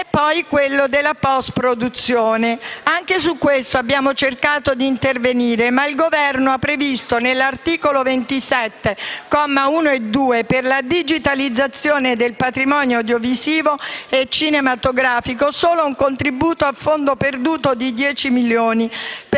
è quello della post-produzione. Anche su questo abbiamo cercato di intervenire, ma il Governo ha previsto, all'articolo 27, commi 1 e 2, per la digitalizzazione del patrimonio audiovisivo e cinematografico nazionale, solo un contributo a fondo perduto di 10 milioni di